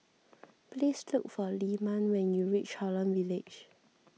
please look for Lyman when you reach Holland Village